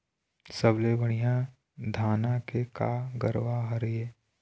सबले बढ़िया धाना के का गरवा हर ये?